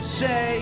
say